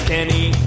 Kenny